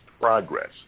progress